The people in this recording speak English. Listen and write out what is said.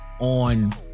on